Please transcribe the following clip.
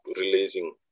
releasing